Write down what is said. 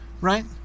right